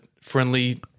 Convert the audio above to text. friendly